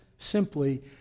simply